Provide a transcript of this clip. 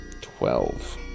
Twelve